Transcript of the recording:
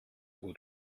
gut